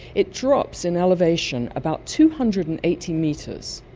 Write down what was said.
it drops in elevation about two hundred and eighty metres.